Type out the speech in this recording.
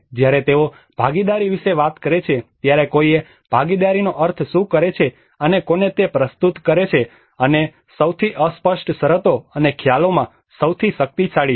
જ્યારે તેઓ ભાગીદારી વિશે વાત કરે છે ત્યારે કોઈએ ભાગીદારીનો અર્થ શું કરે છે અને કોને તે પ્રસ્તુત કરે છે અને સૌથી અસ્પષ્ટ શરતો અને ખ્યાલોમાં સૌથી શક્તિશાળી છે